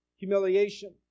Humiliation